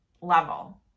level